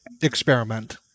experiment